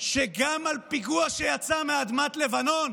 שגם על פיגוע שיצא מאדמת לבנון